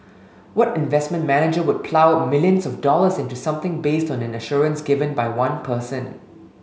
what investment manager would plough millions of dollars into something based on an assurance given by one person